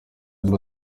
ziba